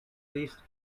least